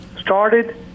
started